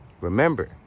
Remember